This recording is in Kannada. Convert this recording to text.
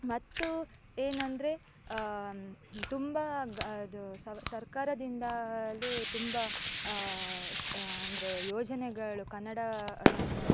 ಮತ್ತು ಏನೆಂದ್ರೆ ತುಂಬ ಗ ಇದು ಸರ್ಕಾರದಿಂದಲು ತುಂಬ ಅಂದರೆ ಯೋಜನೆಗಳು ಕನ್ನಡವನ್ನು